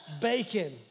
Bacon